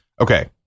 okay